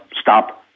stop